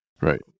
Right